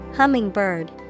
Hummingbird